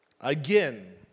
Again